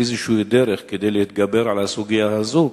איזושהי דרך כדי להתגבר על הסוגיה הזאת,